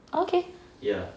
okay